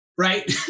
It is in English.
Right